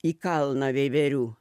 į kalną veiverių